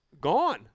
gone